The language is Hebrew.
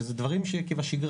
ואלה דברים כבשגרה.